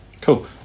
Cool